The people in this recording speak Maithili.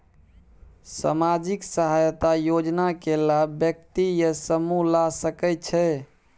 सामाजिक सहायता योजना के लाभ व्यक्ति या समूह ला सकै छै?